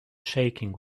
shaking